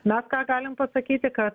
mes ką galim pasakyti kad